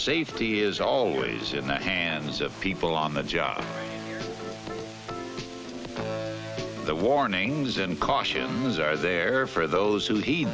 safety is always in the hands of people on the job the warnings and cautions are there for those who he